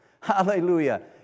Hallelujah